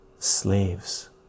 slaves